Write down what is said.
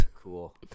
Cool